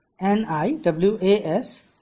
N-I-W-A-S